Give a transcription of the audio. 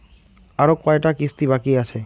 আরো কয়টা কিস্তি বাকি আছে?